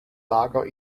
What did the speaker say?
lager